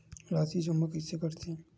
राशि जमा कइसे करथे?